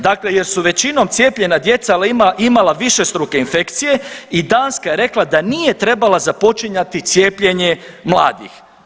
Dakle, jer su većinom cijepljena djeca imala višestruke infekcije i Danska je rekla da nije trebala započinjati cijepljenje mladih.